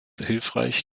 hilfreich